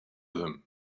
them